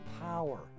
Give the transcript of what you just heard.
power